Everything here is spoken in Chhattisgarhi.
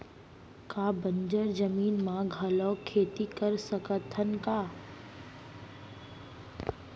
का बंजर जमीन म घलो खेती कर सकथन का?